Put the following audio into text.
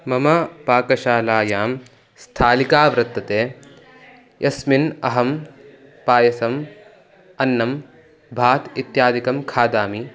मम पाकशालायां स्थालिका वृत्तते यस्मिन् अहं पायसं अन्नं भात् इत्यादिकं खादामि